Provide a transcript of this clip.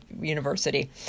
University